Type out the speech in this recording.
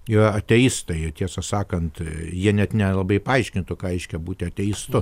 yra ateistai tiesą sakant jie net nelabai paaiškintų ką reiškia būti ateistu